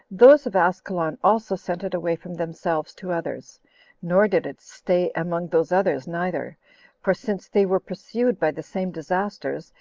those of askelon also sent it away from themselves to others nor did it stay among those others neither for since they were pursued by the same disasters,